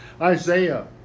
isaiah